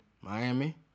Miami